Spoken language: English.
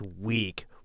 week